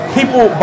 People